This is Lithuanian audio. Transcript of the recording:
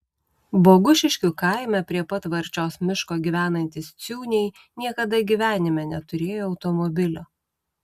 bogušiškių kaime prie pat varčios miško gyvenantys ciūniai niekada gyvenime neturėjo automobilio